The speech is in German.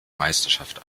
meisterschaft